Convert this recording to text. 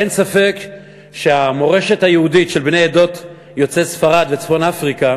אין ספק שהמורשת היהודית של בני עדות יוצאי ספרד וצפון-אפריקה